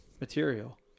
material